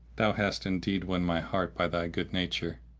thou hast indeed won my heart by thy good nature!